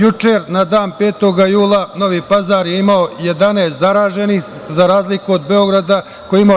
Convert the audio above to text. Juče, na dan 5. jula Novi Pazar je imao 11 zaraženih, za razliku od Beograda koji je imao 28.